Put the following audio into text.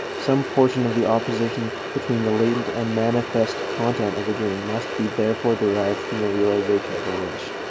some portion of the opposition between the latent and manifest content of the dream must be therefore derived from the realization of a wish.